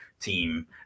team